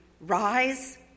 Rise